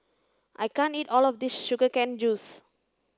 I can't eat all of this sugar cane juice